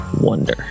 Wonder